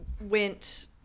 went